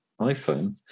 iPhone